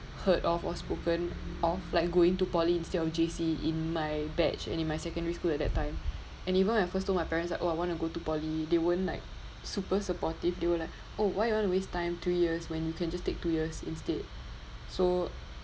heard of or spoken of like go into poly instead of J_C in my batch and in my secondary school at that time and even at first to my parents like oh I want to go to poly they weren't like super supportive they were like oh why you wanna waste time three years when you can just take two years instead so